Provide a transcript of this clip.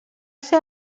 ser